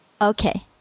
Okay